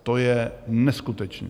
To je neskutečné.